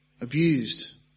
abused